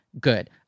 good